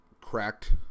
cracked